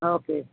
okay